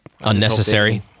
Unnecessary